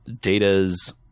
Data's